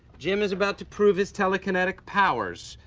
jim is about to prove his telekinetic powers.